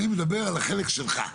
אני מדבר על החלק שלך,